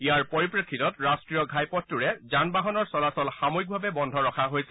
ইয়াৰ পৰিপ্ৰেক্ষিতত ৰাষ্ট্ৰীয় ঘাইপথটোৰে যান বাহনৰ চলাচল সাময়িকভাবে বন্ধ কৰা হৈছে